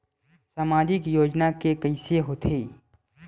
सामाजिक योजना के कइसे होथे?